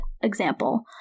example